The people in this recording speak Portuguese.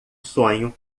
sonho